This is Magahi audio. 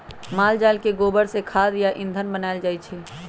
माल जाल के गोबर से खाद आ ईंधन बनायल जाइ छइ